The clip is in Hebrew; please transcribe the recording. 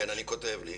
כן, אני כותב לי,